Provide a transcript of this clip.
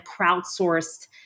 crowdsourced